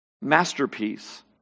masterpiece